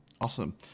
awesome